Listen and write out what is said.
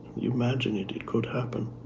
you imagine it, it could happen,